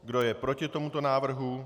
Kdo je proti tomuto návrhu?